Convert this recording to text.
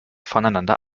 voneinander